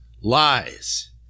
lies